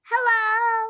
hello